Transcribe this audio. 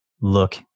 look